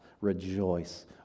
Rejoice